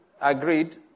agreed